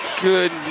Good